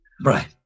Right